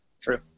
True